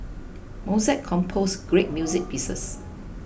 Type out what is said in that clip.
Mozart composed great music pieces